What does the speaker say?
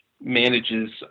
manages